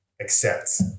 accept